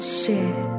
share